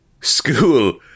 school